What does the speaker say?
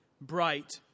bright